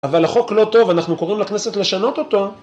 אבל החוק לא טוב, אנחנו קוראים לכנסת לשנות אותו.